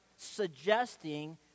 suggesting